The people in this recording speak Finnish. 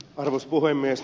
arvoisa puhemies